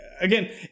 Again